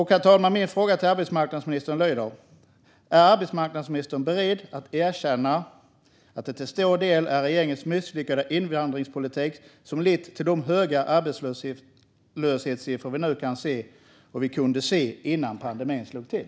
Herr talman! Min fråga till arbetsmarknadsministern lyder: Är arbetsmarknadsministern beredd att erkänna att det till stor del är regeringens misslyckade invandringspolitik som lett till de höga arbetslöshetssiffror som vi kan se nu och som vi kunde se innan pandemin slog till?